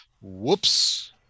whoops